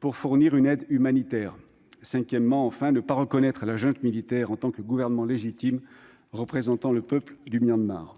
pour fournir une aide humanitaire. Cinquièmement, enfin, ne pas reconnaître la junte militaire en tant que gouvernement légitime représentant le peuple du Myanmar.